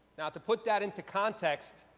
now, to put that into context,